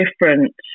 different